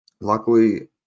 luckily